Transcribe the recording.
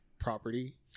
property